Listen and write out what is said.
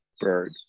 bird